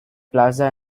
plaza